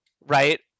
right